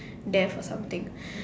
death or something